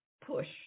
push